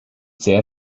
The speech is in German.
sehr